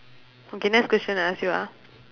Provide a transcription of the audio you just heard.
okay next question I ask you ah